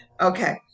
Okay